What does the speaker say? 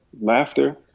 laughter